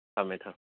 ꯊꯝꯃꯦ ꯊꯝꯃꯦ